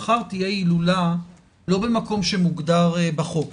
אם מחר תהיה הילולה לא במקום שמוגדר בחוק,